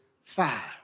five